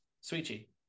Sweetie